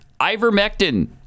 ivermectin